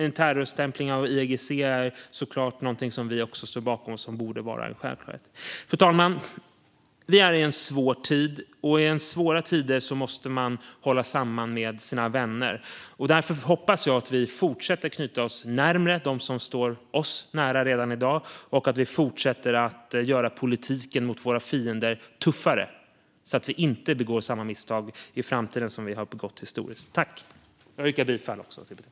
Vi står givetvis bakom en terrorstämpling av IRGC; det borde vara en självklarhet. Fru talman! Det är svåra tider, och då måste man hålla ihop med sina vänner. Därför hoppas jag att vi fortsätter att knyta oss närmare dem som redan står oss nära och fortsätter att göra politiken mot våra fiender tuffare så att vi inte begår samma misstag i framtiden som vi begått historiskt. Jag yrkar bifall till utskottets förslag.